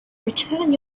return